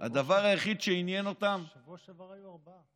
הדבר היחיד שעניין אותם, בשבוע שעבר היו ארבעה.